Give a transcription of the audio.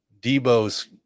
Debo's